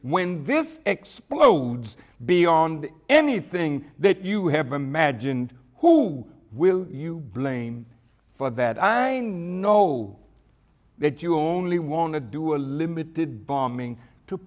when this explodes beyond anything that you have imagined who will you blame for that i know that you only want to do a limited bombing to